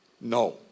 No